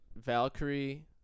Valkyrie